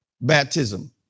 baptism